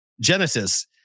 Genesis